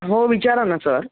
हो विचारा ना सर